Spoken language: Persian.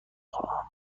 خواهم